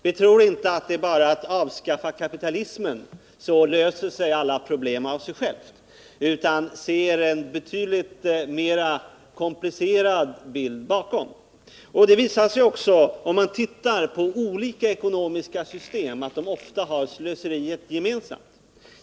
Vi tror inte att det bara är att avskaffa kapitalismen så löser sig alla problem av sig själv. Vi ser en betydligt mera komplicerad bild bakom. Det visar sig också att olika ekonomiska system ofta har slöseriet gemensamt.